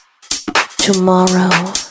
Tomorrow